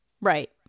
Right